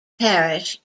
parish